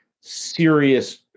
serious